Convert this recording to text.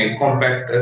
compact